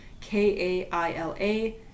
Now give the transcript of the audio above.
K-A-I-L-A